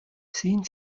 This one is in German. sehen